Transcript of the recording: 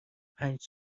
پنج